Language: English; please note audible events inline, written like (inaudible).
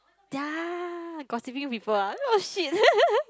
ya gossiping people ah oh shit (laughs)